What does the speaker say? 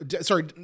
sorry